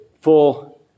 full